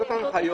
הנה,